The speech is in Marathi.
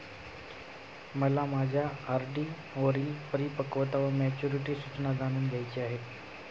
मला माझ्या आर.डी वरील परिपक्वता वा मॅच्युरिटी सूचना जाणून घ्यायची आहे